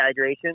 dehydration